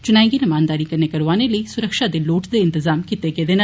चुना गी रमानदारी कन्नै करौआने लेई सुरक्षा दे लोड़चदे इंतजाम कीते गेदे न